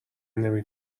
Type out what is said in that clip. نمی